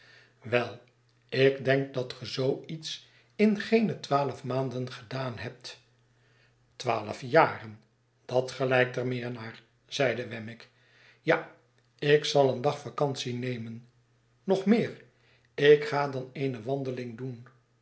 wel ik denk dat ge zoo iets in geene twaalf maanden gedaan hebt twaalf jaren dat gelijkt er meer naar zeide wemmick ja ik zal een dag vacantie nemen nog meer ik ga dan eene wandeling doen